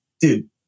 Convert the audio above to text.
dude